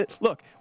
look